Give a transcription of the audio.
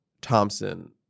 Thompson